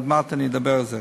עוד מעט אני אדבר על זה.